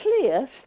clear